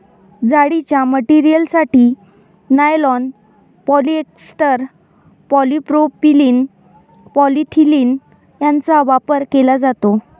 जाळीच्या मटेरियलसाठी nylon, polyester, polypropylene, polyethylene यांचा वापर केला जातो